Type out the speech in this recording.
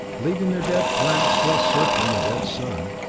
leaving their dead planets still circling a dead sun,